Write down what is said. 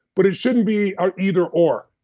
but it shouldn't be ah either or,